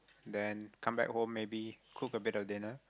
then come back home maybe cook a bit of dinner